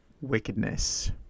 wickedness